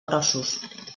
grossos